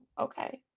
okay